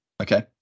Okay